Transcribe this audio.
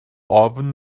ofn